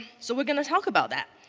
so we're going to talk about that.